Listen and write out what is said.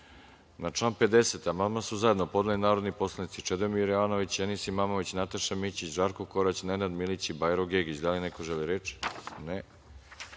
član 50. amandman su zajedno podneli narodni poslanici Čedomir Jovanović, Enis Imamović, Nataša Mićić, Žarko Korać, Nenad Milić i Bajro Gegić. Da li neko želi reč?